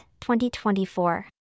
2024